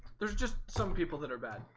there's just some people that are bad.